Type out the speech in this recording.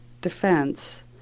defense